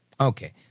Okay